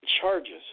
Charges